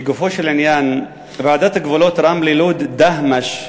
לגופו של עניין, ועדת הגבולות רמלה לוד דהמש,